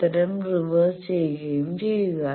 ഉത്തരം റിവേഴ്സ് ചെയുകയും ചെയ്യുക